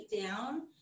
down